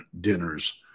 dinners